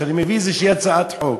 כשאני מביא איזושהי הצעת חוק,